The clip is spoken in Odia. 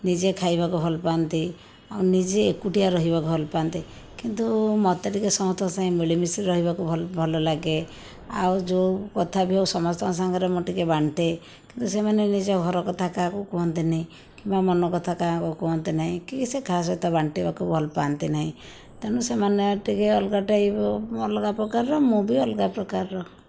ନିଜେ ଖାଇବାକୁ ଭଲ ପାଆନ୍ତି ଆଉ ନିଜେ ଏକୁଟିଆ ରହିବାକୁ ଭଲପାଆନ୍ତି କିନ୍ତୁ ମୋତେ ଟିକିଏ ସମସ୍ତଙ୍କ ସାଙ୍ଗେ ମିଳିମିଶି ରହିବାକୁ ଭଲ ଭଲ ଲାଗେ ଆଉ ଯେଉଁ କଥା ବି ହେଉ ସମସ୍ତଙ୍କ ସାଙ୍ଗରେ ମୁଁ ଟିକିଏ ବାଣ୍ଟେ କିନ୍ତୁ ସେମାନେ ନିଜ ଘର କଥା କାହାକୁ କୁହନ୍ତିନି କିମ୍ବା ମନ କଥା କାହାକୁ କୁହନ୍ତି ନାହିଁ କି ସେ କାହା ସହିତ ବାଣ୍ଟିବାକୁ ଭଲ ପାଆନ୍ତି ନାହିଁ ତେଣୁ ସେମାନେ ଟିକିଏ ଅଲଗା ଟାଇପର ଅଲଗା ପ୍ରକାରର ମୁଁ ବି ଅଲଗା ପ୍ରକାରର